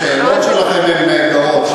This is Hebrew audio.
יש, השאלות שלכם נהדרות.